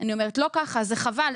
זה חבל.